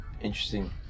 interesting